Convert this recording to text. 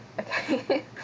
okay